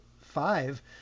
five